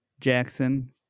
Jackson